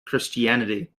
christianity